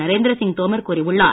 நரேந்திர சிங் தோமர் கூறியுள்ளார்